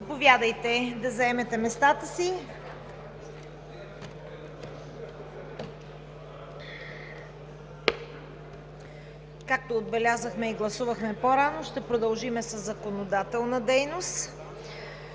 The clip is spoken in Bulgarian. заповядайте да заемете местата си. Както отбелязахме и гласувахме по-рано, ще продължим със законодателна дейност.